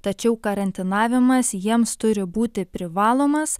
tačiau karantinavimas jiems turi būti privalomas